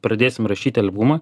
pradėsim rašyti albumą